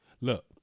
Look